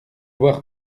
voir